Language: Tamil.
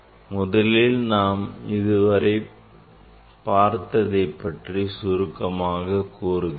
முதலில் நாம் இதுவரை பார்த்ததை பற்றி சுருக்கமாக கூறுகிறேன்